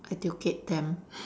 educate them